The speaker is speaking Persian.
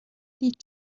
دید